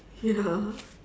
ya